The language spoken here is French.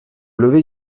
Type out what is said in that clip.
lever